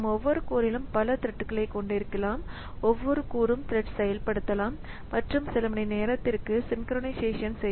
நாம் ஒவ்வொரு கோர்ரிலும் பல த்ரெட்களை கொண்டிருக்கலாம் ஒவ்வொரு கூறும் த்ரெட் செயல்படுத்தலாம் மற்றும் சில மணி நேரத்திற்கு சின்குறைநைசேஷன்synchronization